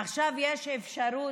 עכשיו יש אפשרות,